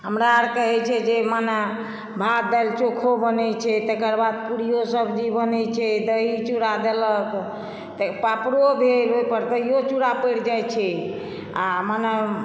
हमराअरके होइ छै जे मने भात दालि चोखो बनैत छै तकर बाद पूरीयो सब्जी बनैत छै दही चूरा देलक पापड़ो भेल ओहिपर दहियो चूरा परि जाइ छै आ मने